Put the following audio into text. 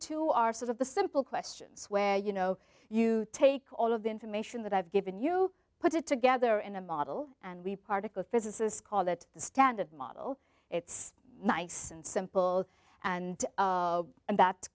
to are sort of the simple questions where you know you take all of the information that i've given you put it together in a model and we particle physicists call that the standard model it's nice and simple and and that